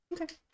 Okay